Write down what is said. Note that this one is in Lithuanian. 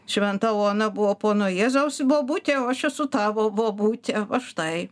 šventa ona buvo pono jėzaus bobutė o aš esu tavo bobutė va štai